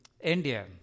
India